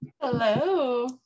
Hello